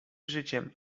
życiem